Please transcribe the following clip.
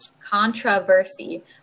controversy